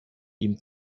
ihm